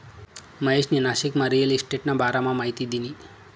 महेशनी नाशिकमा रिअल इशटेटना बारामा माहिती दिनी